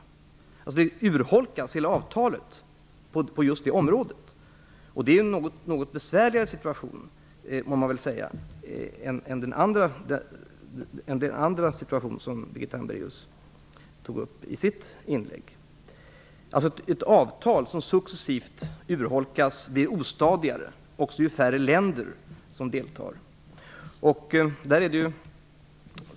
Hela avtalet urholkas på just det området, och det är en något besvärligare situation, må man väl säga, än den andra situation som Birgitta Hambraeus tog upp i sitt inlägg. Ett avtal som successivt urholkas blir ostadigare, också ju färre länder som deltar.